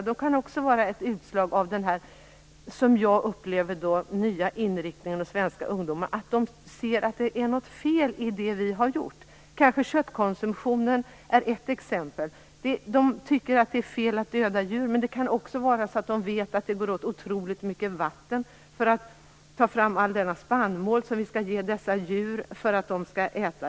De kan också vara ett utslag av den, som jag upplever det, nya inriktningen hos svenska ungdomar. De ser att det är något fel i det vi har gjort. Köttkonsumtionen är kanske ett exempel på det. De tycker att det är fel att döda djur, men det kan också vara så att de vet att det går åt otroligt mycket vatten för att ta fram all den spannmål som vi skall ge djuren att äta.